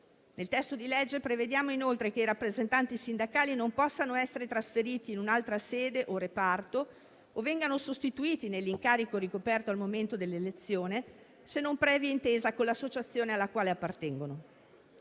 Nel testo di legge prevediamo inoltre che i rappresentanti sindacali non possano essere trasferiti in un'altra sede o reparto o vengano sostituiti nell'incarico ricoperto al momento dell'elezione se non previa intesa con l'associazione alla quale appartengono.